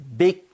big